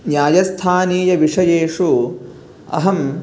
न्यायस्थानीयविषयेषु अहं